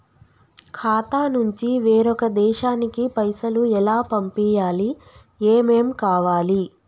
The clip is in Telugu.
ఖాతా నుంచి వేరొక దేశానికి పైసలు ఎలా పంపియ్యాలి? ఏమేం కావాలి?